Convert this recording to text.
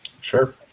Sure